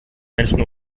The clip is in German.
menschen